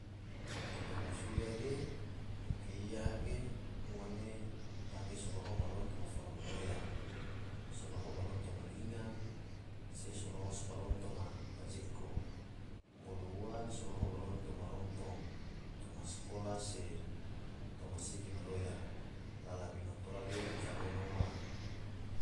Tenaga surya ge yuke iya ge ngone pake so loho balon toma fola madoya, so loho balon toma linga, se so loho balon toma pajeko, bolo ua so loho balon toma rompong, toma sakolah se toma sigi madoya la labino tora ge kornono ua.